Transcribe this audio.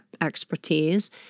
expertise